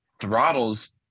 throttles